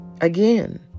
Again